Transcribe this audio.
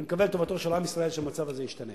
אני מקווה לטובתו של עם ישראל שהמצב הזה ישתנה.